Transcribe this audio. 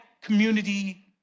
community